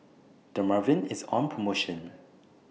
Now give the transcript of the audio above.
Dermaveen IS on promotion